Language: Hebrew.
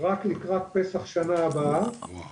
הלקוח זה הדבר הכי חשוב לנו, הוא בראש מעיינינו.